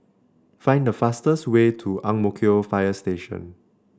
find the fastest way to Ang Mo Kio Fire Station